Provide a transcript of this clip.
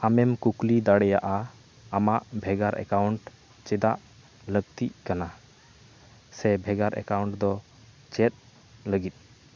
ᱟᱢᱮᱢ ᱠᱩᱠᱞᱤ ᱫᱟᱲᱮᱭᱟᱜᱼᱟ ᱟᱢᱟᱜ ᱵᱷᱮᱜᱟᱨ ᱮᱠᱟᱣᱩᱱᱴ ᱪᱮᱫᱟᱜ ᱞᱟ ᱠᱛᱤᱜ ᱠᱟᱱᱟ ᱥᱮ ᱵᱷᱮᱜᱟᱨ ᱮᱠᱟᱣᱩᱱᱴ ᱫᱚ ᱪᱮᱫ ᱞᱟ ᱜᱤᱫ